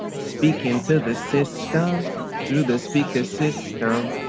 speaking to the system through the speaker system,